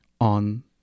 on